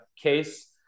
case